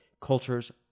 cultures